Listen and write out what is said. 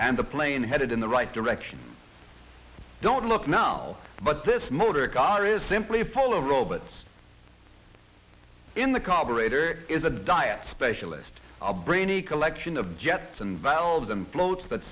and the plane headed in the right direction don't look now but this motor car is simply full of robots in the carburetor is a diet specialist a brainy collection of jets and valves and floats that